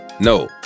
No